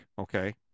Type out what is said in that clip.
okay